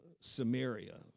Samaria